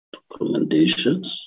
Recommendations